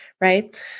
right